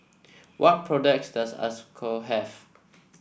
what products does Isocal have